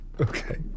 Okay